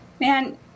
Man